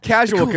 Casual